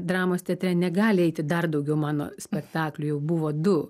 dramos teatre negali eiti dar daugiau mano spektaklių jau buvo du